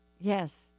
Yes